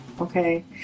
Okay